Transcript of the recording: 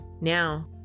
Now